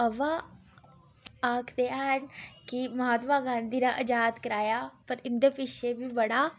अवां आखदे हैन कि महात्मा गांधी ने अज़ाद कराया पर इं'दे पिच्छे बी बड़ा